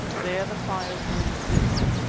there the fires burned dimly,